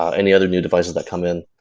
ah any other new devices that come in.